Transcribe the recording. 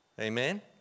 Amen